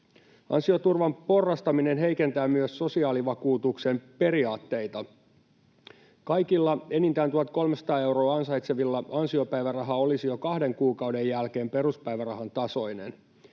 Ansioturvan porrastaminen heikentää myös sosiaalivakuutuksen periaatteita. Kaikilla enintään 1 300 euroa ansaitsevilla ansiopäiväraha olisi jo kahden kuukauden jälkeen peruspäivärahan tasoinen.